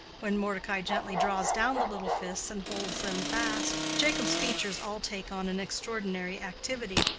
when mordecai gently draws down the little fists and holds them fast, jacob's features all take on an extraordinary activity,